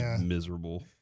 miserable